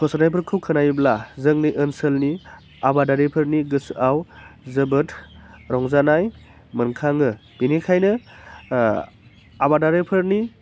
फोसावनायफोरखौ खोनायोब्ला जोंनि ओनसोलनि आबादारिफोरनि गोसोआव जोबोद रंजानाय मोनखाङो बेनिखायनो आबादारिफोरनि